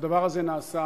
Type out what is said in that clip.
והדבר הזה נעשה,